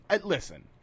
listen